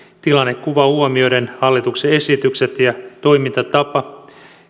tilannekuvan huomioiden hallituksen esitykset ja toimintatapa